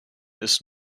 ist